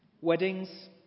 Weddings